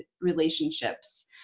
relationships